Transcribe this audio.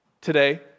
today